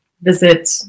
visit